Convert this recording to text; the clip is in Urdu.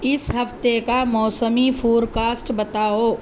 اِس ہفتے کا موسمی فورکاسٹ بتاؤ